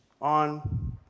on